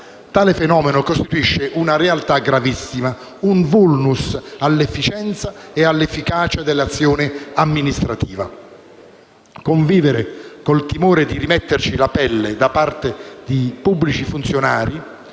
Tale fenomeno costituisce una realtà gravissima, un *vulnus* all'efficienza e all'efficacia dell'azione amministrativa. Convivere con il timore di rimetterci la pelle da parte dei pubblici funzionari,